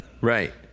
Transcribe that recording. Right